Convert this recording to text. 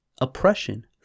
oppression